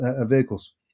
vehicles